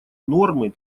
нормы